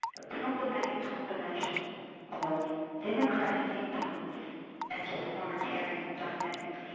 a problematic combination of democratic impulse and authoritarian dynamics,